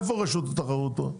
איפה רשות התחרות פה?